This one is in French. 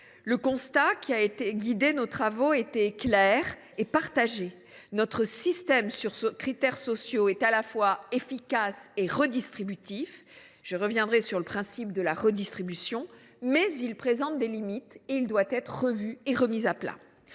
Le constat qui a guidé nos travaux était clair et partagé : notre système sur critères sociaux est à la fois efficace et redistributif – je reviendrai sur le principe de la redistribution –, mais il présente des limites et doit donc être remis à plat.